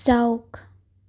যাওক